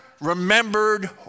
remembered